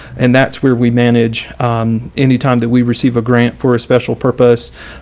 and that's where we manage anytime that we receive a grant for a special purpose.